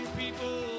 people